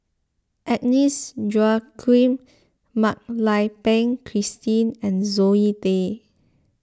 Agnes Joaquim Mak Lai Peng Christine and Zoe Tay